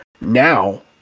now